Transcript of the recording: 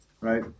right